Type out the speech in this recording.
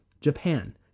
Japan